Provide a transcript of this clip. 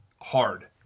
hard